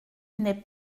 n’est